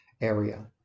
area